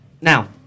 Now